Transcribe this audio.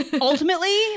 ultimately